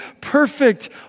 perfect